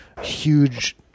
Huge